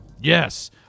Yes